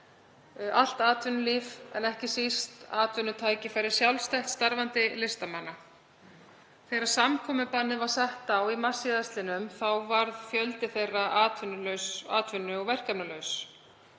allt atvinnulíf en ekki síst atvinnutækifæri sjálfstætt starfandi listamanna. Þegar samkomubannið var sett á í mars sl. varð fjöldi þeirra atvinnu- og verkefnalaus